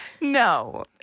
No